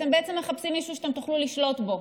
אתם בעצם מחפשים מישהו שאתם תוכלו לשלוט בו,